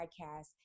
podcast